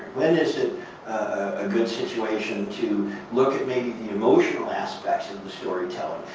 when is it a good situation to look at maybe the emotional aspects of the storytelling?